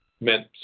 meant